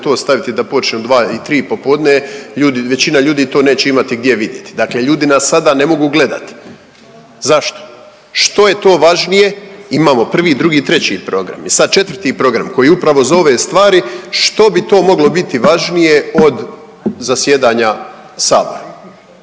to staviti da počne u 2 i 3 popodne, ljudi, većina ljudi to neće imati gdje vidjeti, dakle ljudi nas sada ne mogu gledati. Zašto? Što je to važnije, imamo 1., 2. i 3. program i sad 4. program koji je upravo za ove stvari što bi to moglo biti važnije od zasjedanja sabora?